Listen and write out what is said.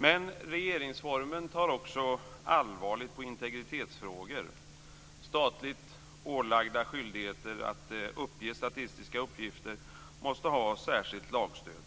Men regeringsformen tar också allvarligt på integritetsfrågor. Statligt ålagda skyldigheter att uppge statistiska uppgifter måste ha särskilt lagstöd.